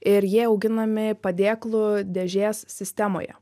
ir jie auginami padėklų dėžės sistemoje